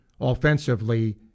offensively